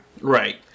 Right